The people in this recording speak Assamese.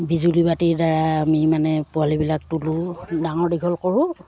বিজুলী বাতিৰদ্বাৰা আমি মানে পোৱালিবিলাক তোলোঁ ডাঙৰ দীঘল কৰোঁ